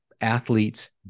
athletes